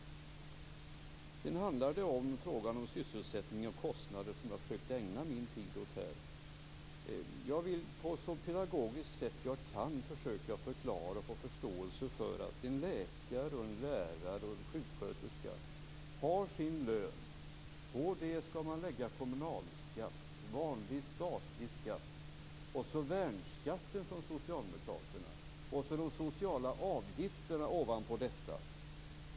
Sedan handlar det om frågan om sysselsättning och kostnader, som jag försökte ägna min tid åt här. Jag vill på ett så pedagogiskt sätt jag kan försöka förklara och få förståelse för att en läkare, en lärare och en sjuksköterska har sin lön på vilken de skall betala kommunalskatt, vanlig statlig skatt och sedan värnskatten från socialdemokraterna. Ovanpå detta läggs de sociala avgifterna.